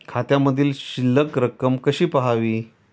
खात्यामधील शिल्लक रक्कम कशी पहावी?